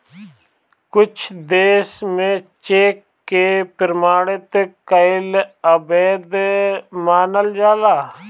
कुछ देस में चेक के प्रमाणित कईल अवैध मानल जाला